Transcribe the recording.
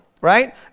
right